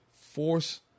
force